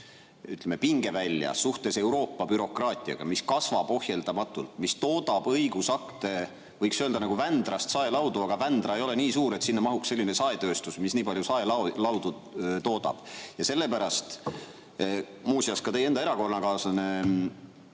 ütleme, pingevälja suhtes Euroopa bürokraatiaga, mis kasvab ohjeldamatult, siis see toodab õigusakte, võiks öelda, nagu Vändrast saelaudu. Aga Vändra ei ole nii suur, et sinna mahuks selline saetööstus, mis nii palju saelaudu toodab. Ja sellepärast, muuseas ka teie enda erakonnakaaslane